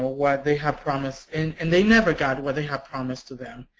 what they had promised and and they never got what they had promised to them.